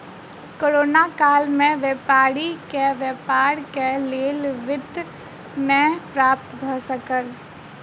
corona काल में व्यापारी के व्यापारक लेल वित्त नै प्राप्त भ सकल